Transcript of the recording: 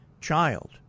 child